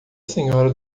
senhora